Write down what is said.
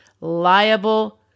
liable